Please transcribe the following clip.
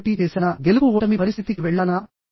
నేను పోటీ చేశానా గెలుపు ఓటమి పరిస్థితికి వెళ్లానా